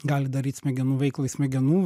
gali daryt smegenų veiklai smegenų